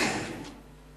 יש לי הצעה אחרת.